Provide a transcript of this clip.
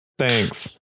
Thanks